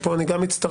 ופה אני גם מצטרף,